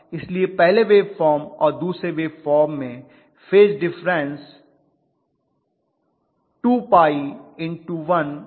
इसलिए पहले वेवफॉर्म और दूसरे वेवफॉर्म में फेज डिफरन्स 2𝝅 1 t होगा